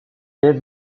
lève